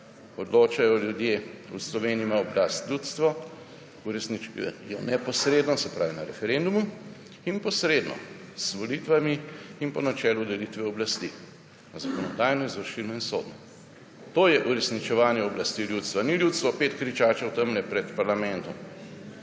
Odločajo ljudje, v Sloveniji ima oblast ljudstvo, uresničujejo jo neposredno, se pravi na referendumu, in posredno z volitvami ter po načelu delitve oblasti na zakonodajno, izvršilno in sodno. To je uresničevanje oblasti ljudstva, ni ljudstvo pet kričačev tam pred parlamentom,